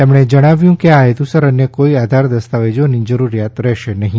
તેમણે જણાવ્યું કે આ હેતુસર અન્ય કોઇ આધાર દસ્તાવેજોની જરૂરિયાત રહેશે નહિ